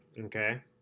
Okay